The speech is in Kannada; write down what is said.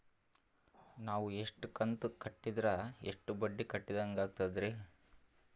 ನಾವು ಇಷ್ಟು ಕಂತು ಕಟ್ಟೀದ್ರ ಎಷ್ಟು ಬಡ್ಡೀ ಕಟ್ಟಿದಂಗಾಗ್ತದ್ರೀ?